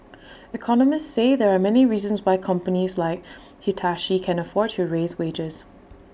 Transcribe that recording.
economists say there are many reasons why companies like Hitachi can afford to raise wages